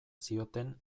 zioten